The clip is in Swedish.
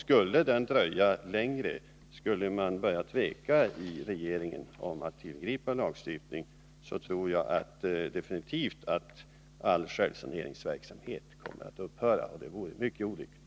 Om denna skulle dröja längre eller om regeringen började tveka att tillgripa lagstifning, så är jag definitivt övertygad om att all självsaneringsverksamhet skulle upphöra, och det vore mycket olyckligt.